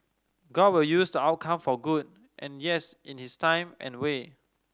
god will use the outcome for good and yes in his time and way